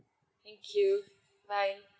thank you bye